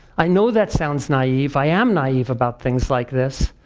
i know that sounds naive, i am naive about things like this.